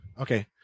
Okay